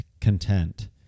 content